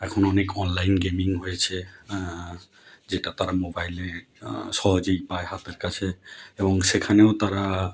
এখন অনেক online gaming হয়েছে যেটা তারা মোবাইলে সহজেই পায় হাতের কাছে এবং সেখানেও তারা